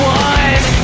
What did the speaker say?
one